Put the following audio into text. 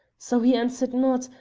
so he answered not,